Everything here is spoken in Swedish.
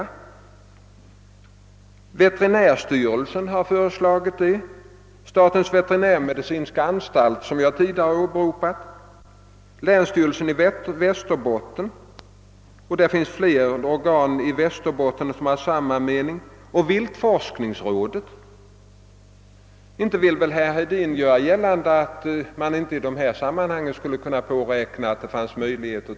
Denna bestämmelse har föreslagits av veterinärstyrelsen, statens veterinärmedicinska anstalt, som jag tidigare åberopat, och länsstyrelsen i Västerbottens län, och det finns flera organ i Västerbotten som har samma mening, likaså viltforskningsrådet. Inte vill väl herr Hedin göra gällande att man i dessa sammanhang inte skulle kunna göra en bedömning också utifrån vad som är jägarintresse?